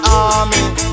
army